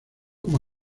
como